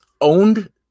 owned